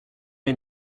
les